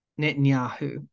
Netanyahu